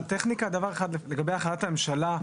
לגבי החלטת הממשלה,